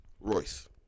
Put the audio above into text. Royce